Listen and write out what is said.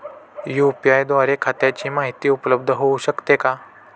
UPI द्वारे खात्याची माहिती उपलब्ध होऊ शकते का?